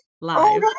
live